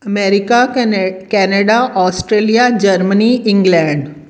America ਕਨੇ Canada Australia Germany England